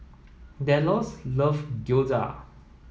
Delos love Gyoza